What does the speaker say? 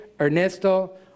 Ernesto